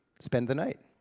spend the night.